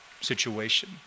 situation